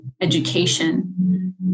education